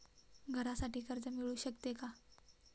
घरासाठी कर्ज मिळू शकते का?